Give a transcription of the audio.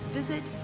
visit